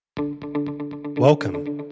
Welcome